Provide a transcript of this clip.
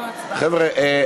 חבר'ה,